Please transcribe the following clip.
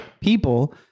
people